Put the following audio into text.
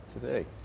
today